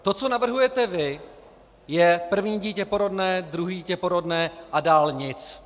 To, co navrhujete vy, je první dítě porodné, druhé dítě porodné a dál nic.